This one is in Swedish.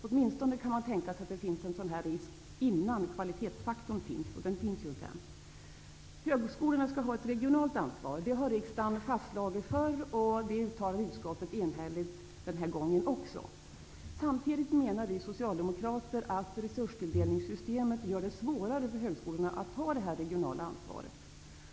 Åtminstone kan man tänka sig att det finns en sådan risk innan vi har fått den här kvalitetsfaktorn. Högskolorna har ett regionalt ansvar. Det har riksdagen fastslagit tidigare, och det uttalar utskottet enhälligt också denna gång. Samtidigt menar vi socialdemokrater att resurstilldelningssystemet gör det svårare för högskolorna att ta detta regionala ansvar.